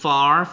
Far